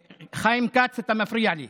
חיים כץ, אתה מפריע לי.